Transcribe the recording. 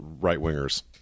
right-wingers